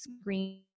screen